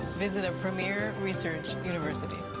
visit a premier research university.